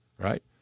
Right